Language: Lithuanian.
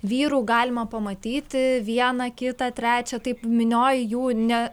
vyrų galima pamatyti vieną kitą trečią taip minioj jų ne